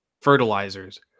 fertilizers